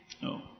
no